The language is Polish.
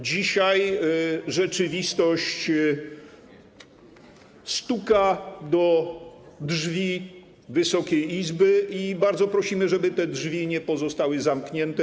Dzisiaj rzeczywistość stuka do drzwi Wysokiej Izby i bardzo prosimy, żeby te drzwi nie pozostały zamknięte.